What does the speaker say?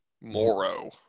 Moro